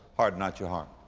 harden not your heart.